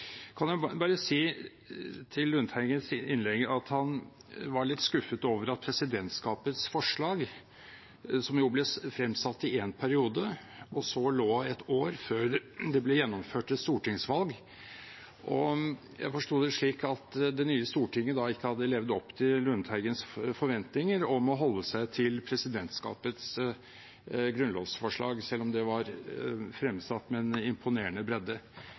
Kan jeg bare si til innlegget fra Lundteigen, som var litt skuffet over presidentskapets forslag, som ble fremsatt i én periode, og så lå det et år før det ble gjennomført et stortingsvalg, at jeg forsto det slik at det nye stortinget ikke hadde levd opp til Lundteigens forventninger om å holde seg til presidentskapets grunnlovsforslag, selv om det var fremsatt med en imponerende bredde.